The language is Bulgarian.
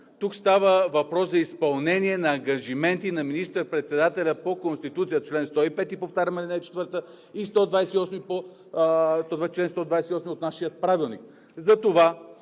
Тук става въпрос за изпълнение на ангажименти на министър-председателя по Конституция – чл. 105, повтарям, ал. 4 и чл. 128 от нашия Правилник.